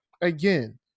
again